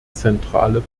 zentrale